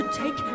take